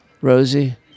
Rosie